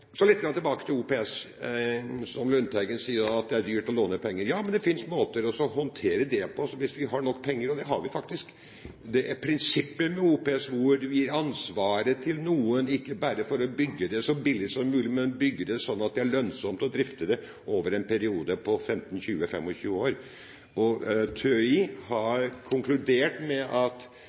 Så litt tilbake til OPS: Lundteigen sier at det er dyrt å låne penger. Ja, men det finnes måter å håndtere det på hvis vi har nok penger, og det har vi faktisk. Det er prinsippet med OPS, hvor vi gir ansvaret til noen, ikke bare for å bygge det så billig som mulig, men bygge det slik at det er lønnsomt å drifte det over en periode på 15–20–25 år. TØI har konkludert med at